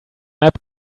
map